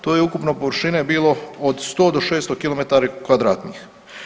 To je ukupno površine bilo od 100 do 600 km kvadratnih.